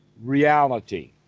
reality